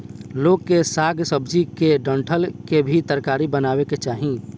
लोग के साग सब्जी के डंठल के भी तरकारी बनावे के चाही